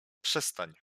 przestań